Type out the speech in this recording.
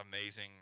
amazing